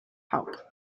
help